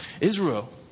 Israel